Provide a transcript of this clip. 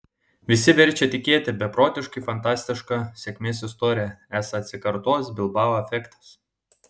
visi verčiami tikėti beprotiškai fantastiška sėkmės istorija esą atsikartos bilbao efektas